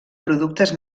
productes